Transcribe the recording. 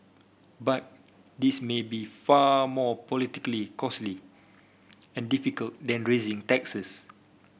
but this may be far more politically costly and difficult than raising taxes